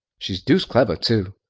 she's deuced clever, too!